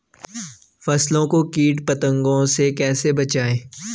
फसल को कीट पतंगों से कैसे बचाएं?